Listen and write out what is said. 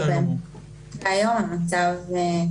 היום המצב טוב.